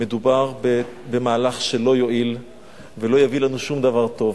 מדובר במהלך שלא יועיל ולא יביא לנו שום דבר טוב.